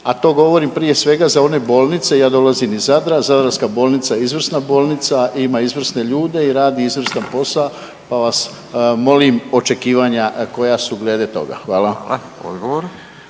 A to govorim prije svega za one bolnice ja dolazim iz Zadra, Zadarska bolnica je izvrsna bolnica, ima izvrsne ljude i radi izvrstan posao pa vas molim očekivanja koja su glede toga. Hvala.